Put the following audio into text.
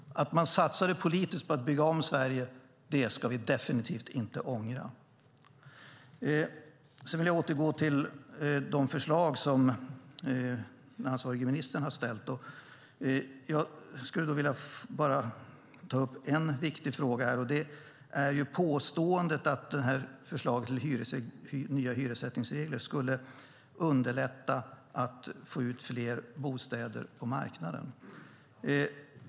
Att man satsade politiskt på att bygga om Sverige ska vi definitivt inte ångra. Sedan vill jag återgå till de förslag som den ansvarige ministern har lagt fram, och jag vill bara ta upp en viktig fråga. Det är påståendet att förslaget till nya hyressättningsregler skulle underlätta att få ut fler bostäder på marknaden.